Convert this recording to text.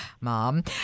mom